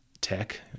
tech